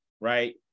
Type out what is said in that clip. right